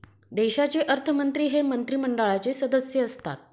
देशाचे अर्थमंत्री हे मंत्रिमंडळाचे सदस्य असतात